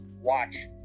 watch